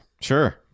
Sure